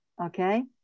Okay